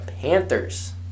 Panthers